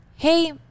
Hey